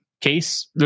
case